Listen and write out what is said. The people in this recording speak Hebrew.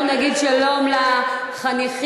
אנחנו נגיד שלום לחניכים,